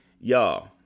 Y'all